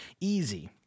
easy